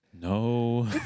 no